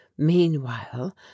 meanwhile